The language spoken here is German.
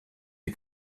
die